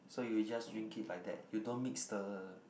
so you just drink it like that you don't mix the